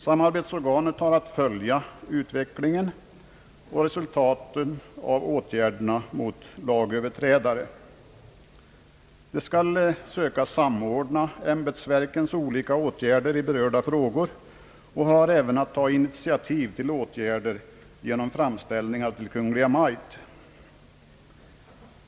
Samarbetsorganet har att följa brottslighetsutvecklingen och resultaten av åtgärderna mot lagöverträdare. Det skall söka samordna ämbetsverkens olika åtgärder i berörda frågor och har även att ta initiativ till åtgärder genom framställningar till Kungl. Maj:t.